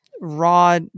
raw